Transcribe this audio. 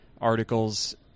articles